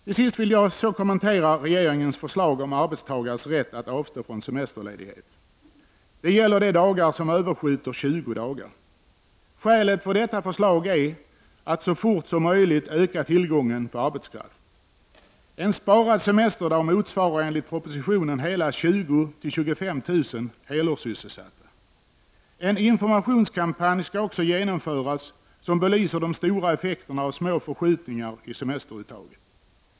Till sist vill jag så kommentera regeringens förslag om arbetstagares rätt att avstå från semesterledighet. Det gäller de dagar som överskjuter 20 dagar. Skälet för detta förslag är att så fort som möjligt öka tillgången på arbetskraft. En sparad semesterdag motsvarar enligt propositionen hela 20 000-25 000 helårssysselsatta. En informationskampanj skall också ge nomföras som belyser de stora effekterna av små förskjutningar i semesteruttaget.